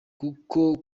kuko